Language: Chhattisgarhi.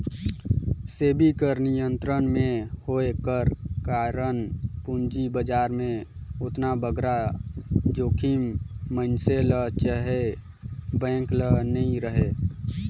सेबी कर नियंत्रन में होए कर कारन पूंजी बजार में ओतना बगरा जोखिम मइनसे ल चहे बेंक ल नी रहें